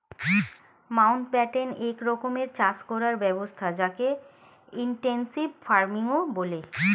Mountbatten এক রকমের চাষ করার ব্যবস্থা যকে ইনটেনসিভ ফার্মিংও বলে